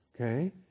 Okay